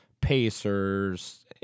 Pacers